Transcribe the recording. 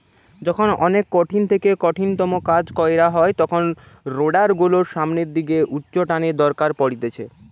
যখন অনেক কঠিন থেকে কঠিনতম কাজ কইরা হয় তখন রোডার গুলোর সামনের দিকে উচ্চটানের দরকার পড়তিছে